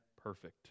perfect